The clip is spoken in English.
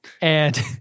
and-